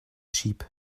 sheep